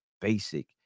basic